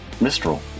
Mistral